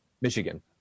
Michigan